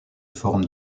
forme